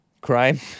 Crime